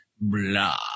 Blah